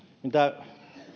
mitä